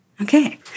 okay